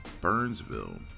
Burnsville